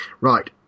right